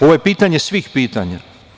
Ovo je pitanje svih pitanja.